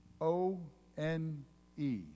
O-N-E